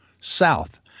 South